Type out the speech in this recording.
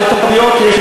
אם זה